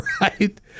Right